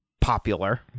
popular